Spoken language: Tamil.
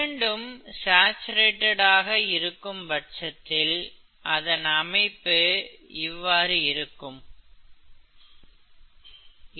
இரண்டும் சாச்சுரேட்டட் ஆக இருக்கும் பட்சத்தில் அதன் அமைப்பு இவ்வாறு இருக்கும்